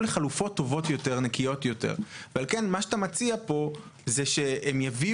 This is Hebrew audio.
אני אומר אחרת - מלכתחילה לא תיקחו- -- אבל יש הבדל בין